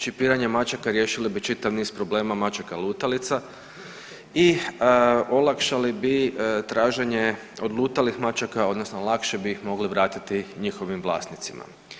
Čipiranjem mačaka riješili bi čitav niz problema mačaka lutalica i olakšali bi traženje odlutalih mačaka odnosno lakše bi ih mogli vratiti njihovim vlasnicima.